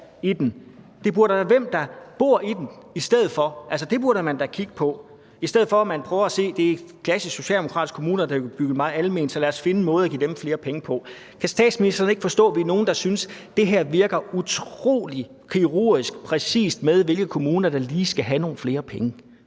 Altså, det burde man da kigge på, i stedet for at man prøver at se på, at det er klassiske socialdemokratiske kommuner, der har bygget meget alment, så lad os finde en måde at give dem flere penge på. Kan statsministeren ikke forstå, at vi er nogle, der synes, at det her virker utrolig kirurgisk præcist, i forhold til hvilke kommuner der lige skal have nogle flere penge?